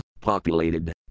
populated